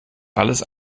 alles